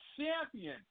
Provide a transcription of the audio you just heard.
champion